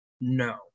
no